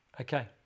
okay